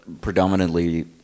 predominantly